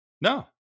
No